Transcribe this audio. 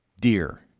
dear